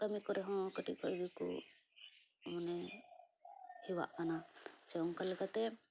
ᱠᱟ ᱢᱤ ᱠᱚᱨᱮ ᱦᱚᱸ ᱠᱟ ᱴᱤᱡ ᱠᱷᱚᱡ ᱜᱮᱠᱩ ᱢᱟᱱᱮ ᱦᱮᱣᱟᱜ ᱠᱟᱱᱟ ᱥᱮ ᱚᱱᱠᱟ ᱞᱮᱠᱟᱛᱮ